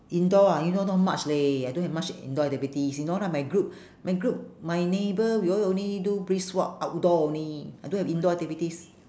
indoor ah indoor not much leh I don't have much indoor activities you know lah my group my group my neighbour we all only do brisk walk outdoor only I don't have indoor activities